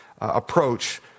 approach